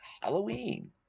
Halloween